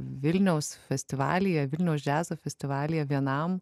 vilniaus festivalyje vilniaus džiazo festivalyje vienam